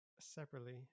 Separately